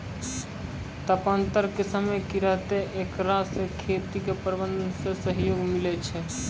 तापान्तर के समय की रहतै एकरा से खेती के प्रबंधन मे सहयोग मिलैय छैय?